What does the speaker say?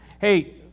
Hey